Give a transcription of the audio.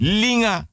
linga